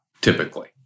typically